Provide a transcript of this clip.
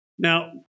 Now